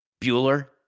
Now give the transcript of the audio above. Bueller